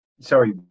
sorry